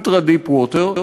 ultra deep water,